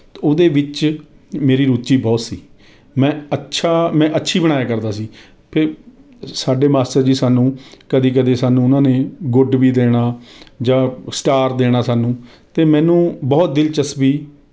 ਉਹਦੇ ਵਿੱਚ ਮੇਰੀ ਰੁਚੀ ਬਹੁਤ ਸੀ ਮੈਂ ਅੱਛਾ ਮੈਂ ਅੱਛੀ ਬਣਾਇਆ ਕਰਦਾ ਸੀ ਫਿਰ ਸਾਡੇ ਮਾਸਟਰ ਜੀ ਸਾਨੂੰ ਕਦੀ ਕਦੀ ਸਾਨੂੰ ਉਹਨਾਂ ਨੇ ਗੂੱਡ ਵੀ ਦੇਣਾ ਜਾਂ ਸਟਾਰ ਦੇਣਾ ਸਾਨੂੰ ਅਤੇ ਮੈਨੂੰ ਬਹੁਤ ਦਿਲਚਸਪੀ